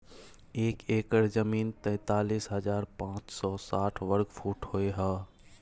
एक एकड़ जमीन तैंतालीस हजार पांच सौ साठ वर्ग फुट होय हय